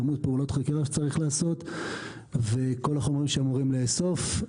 כמות פעולות חקירה שצריך לעשות וכל החומרים שאמורים לאסוף,